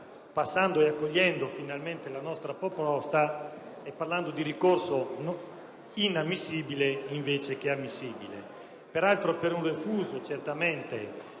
Cassazione, accogliendo finalmente la nostra proposta e parlando di ricorso «inammissibile» invece che «ammissibile». Peraltro, per un refuso, è rimasta